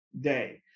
day